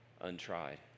untried